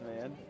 man